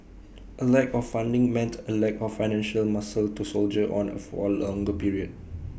A lack of funding meant A lack of financial muscle to soldier on for A longer period